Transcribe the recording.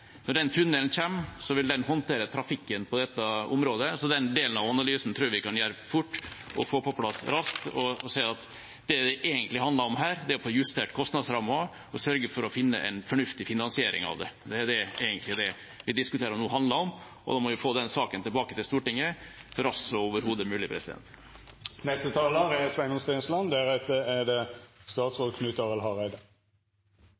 Når den tunnelen kommer, vil den håndtere trafikken på dette området. Den delen av analysen tror jeg vi kan gjøre fort og få på plass raskt, og si at det det egentlig handler om her, er å få justert kostnadsrammen og sørge for å finne en fornuftig finansiering av det. Det er egentlig det det vi diskuterer nå, handler om. Og så må vi få den saken tilbake til Stortinget så raskt som overhodet mulig. Jeg er også fra Rogaland. Jeg kan jo begynne med å minne om